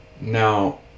Now